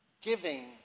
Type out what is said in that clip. giving